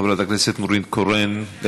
חברת הכנסת נורית קורן.